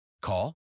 Call